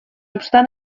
obstant